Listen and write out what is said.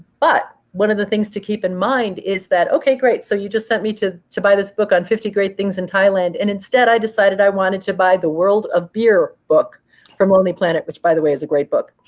but one of the things to keep in mind is that, ok, great, so you just sent me to to buy this book on fifty great things in thailand and, instead, i decided i wanted to buy the world of beer book from lonely planet, which by the way, is a great book.